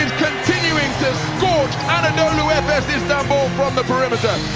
continuing to scorch anadolu efes istanbul from the perimeter.